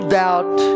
doubt